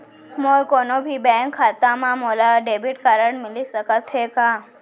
मोर कोनो भी बैंक खाता मा मोला डेबिट कारड मिलिस सकत हे का?